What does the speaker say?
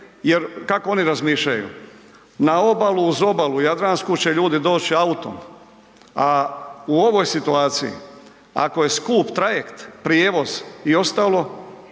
jer kako oni razmišljaju na obalu, uz obalu Jadransku će ljudi doći autom, a u ovoj situaciji ako je skup trajekt, prijevoz i ostalo,